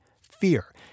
fear